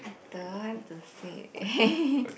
don't want to say